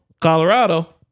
Colorado